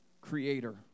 creator